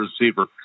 receiver